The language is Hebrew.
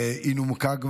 והיא כבר נומקה.